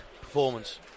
performance